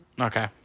okay